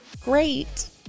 great